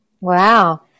Wow